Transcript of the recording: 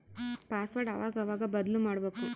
password ಅವಾಗವಾಗ ಬದ್ಲುಮಾಡ್ಬಕು